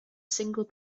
single